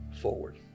forward